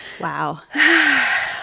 wow